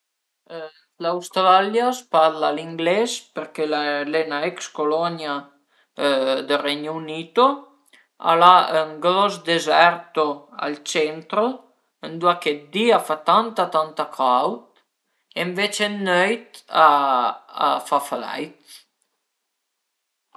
Sì viagerìu ën lë spazio përché a m'piazerìa vëddi cum al e fait, a m'piazerìa vëddi le stele da vizin anche i pianeti e pöi però a m'piazerìa fe ën gir vëddi e pöi dopu turné turné ën l'atmusfera terestre nurmal